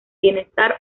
bienestar